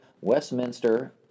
Westminster